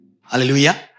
Hallelujah